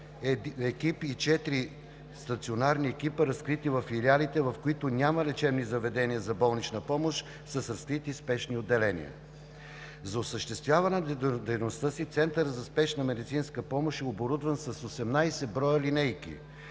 и четири стационарни екипа, разкрити във филиалите, в които няма лечебни заведения за болнична помощ с разкрити спешни отделения. За осъществяване на дейността си Центърът за спешна медицинска помощ е оборудван с 18 броя линейки,